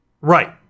right